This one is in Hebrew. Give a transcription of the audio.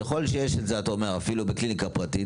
ככל שיש את זה אפילו בקליניקה פרטית,